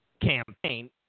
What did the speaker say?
campaign